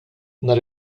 nhar